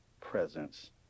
presence